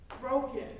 Broken